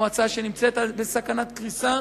מועצה שנמצאת בסכנת קריסה,